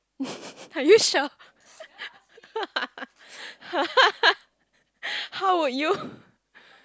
are you sure how would you